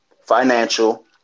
financial